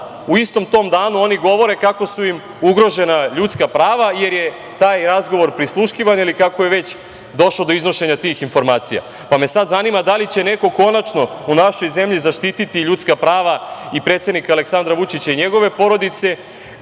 u istom tom danu oni govore kako su im ugrožena ljudska prava, jer je taj razgovor prisluškivan ili kako je već došlo do iznošenja tih informacija. Sada me zanima da li će neko konačno u našoj zemlji zaštiti ljudska prava i predsednika Aleksandra Vučića i njegove porodice,